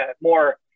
more